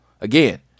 again